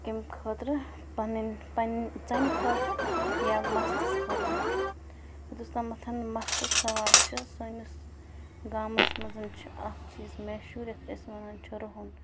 کَمہِ خٲطرٕ پنٛنٮ۪ن پنٛنہِ ژَمہِ خٲطرٕ یا مَستَس خٲطرٕ یوٚتَس تامَتھ مَستُک سوال چھِ سٲنِس گامَس منٛز چھِ اَکھ چیٖز مشہوٗر یَتھ أسۍ وَنان چھِ رُہَن